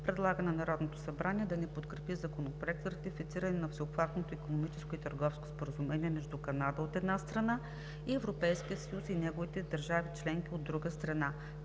Предлага на Народното събрание да не подкрепи Законопроект за ратифициране на Всеобхватното икономическо и търговско споразумение между Канада, от една страна, и Европейския съюз и неговите държави членки, от друга страна,